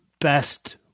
best